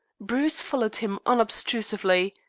bruce followed him unobstrusively,